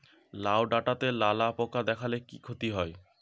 লাউ ডাটাতে লালা পোকা দেখালে কি ক্ষতি হয়?